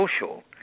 social